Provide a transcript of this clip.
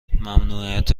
ممنوعیت